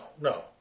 No